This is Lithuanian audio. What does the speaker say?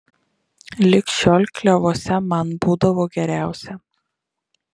lig šiol klevuose man būdavo geriausia